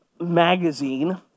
magazine